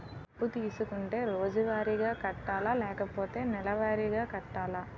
అప్పు తీసుకుంటే రోజువారిగా కట్టాలా? లేకపోతే నెలవారీగా కట్టాలా?